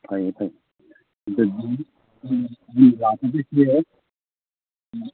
ꯐꯩꯌꯦ ꯐꯩꯌꯦ ꯑꯗꯨꯗꯤ